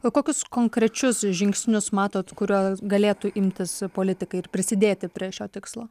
o kokius konkrečius žingsnius matote kurio galėtų imtis politikai ir prisidėti prie šio tikslo